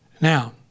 Now